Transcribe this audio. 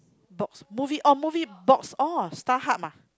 box movie oh movie box oh StarHub ah